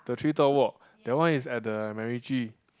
the treetop walk that one is at the MacRitchie